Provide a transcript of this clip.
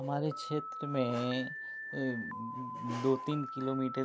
हमारे क्षेत्र में दो तीन किलोमीटर